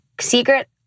secret